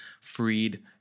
Freed